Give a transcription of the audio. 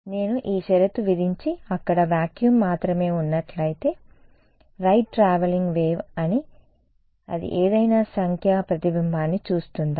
నేను ఈ షరతు విధించి అక్కడ వాక్యూమ్ మాత్రమే ఉన్నట్లయితే రైట్ ట్రావెలింగ్ వేవ్ అది ఏదైనా సంఖ్యా ప్రతిబింబాన్ని చూస్తుందా